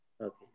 Okay